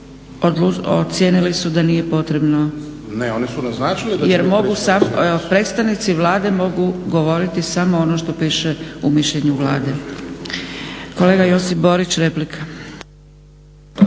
ocijenili su da nije potrebno jer mogu, predstavnici Vlade mogu govoriti samo ono što piše u mišljenju Vlade. Kolega Josip Borić, replika.